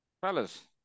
fellas